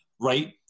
right